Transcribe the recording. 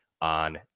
On